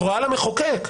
הוראה למחוקק.